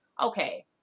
okay